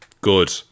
Good